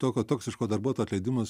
tokio toksiško darbuotojo atleidimas